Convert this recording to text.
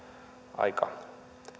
aika